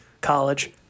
college